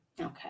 Okay